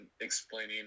explaining